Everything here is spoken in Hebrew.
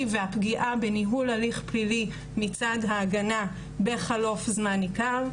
והפגיעה בניהול הליך פלילי מצד ההגנה בחלוף זמן ניכר,